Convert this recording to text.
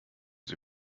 sie